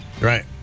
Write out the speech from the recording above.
Right